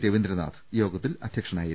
രവീന്ദ്ര നാഥ് യോഗത്തിൽ അധ്യക്ഷനായിരുന്നു